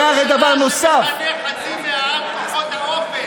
ראש הממשלה שמכנה חצי מהעם "כוחות האופל",